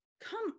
come